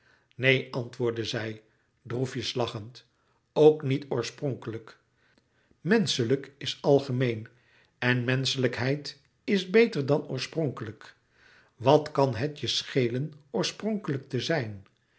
neen antwoordde zij droefjes lachend ook niet oorspronkelijk menschelijk is algemeen en menschelijkheid is beter dan oorspronkelijk wat kan het je schelen oorspronkelijk te zijn